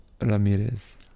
Ramirez